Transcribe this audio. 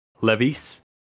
levies